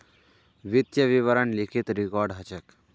वित्तीय विवरण लिखित रिकॉर्ड ह छेक